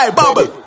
bubble